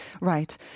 Right